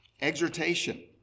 exhortation